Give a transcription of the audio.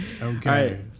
Okay